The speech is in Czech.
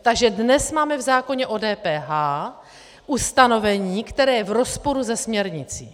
Takže dnes máme v zákoně o DPH ustanovení, které je v rozporu se směrnicí.